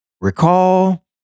recall